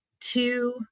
two